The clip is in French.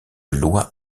loi